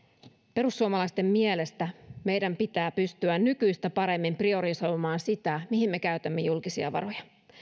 perussuomalaisten mielestä meidän pitää pystyä nykyistä paremmin priorisoimaan sitä mihin me käytämme julkisia varoja